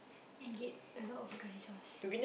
and get a lot of curry sauce